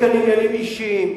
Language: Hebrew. אין כאן עניינים אישיים.